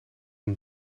een